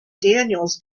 daniels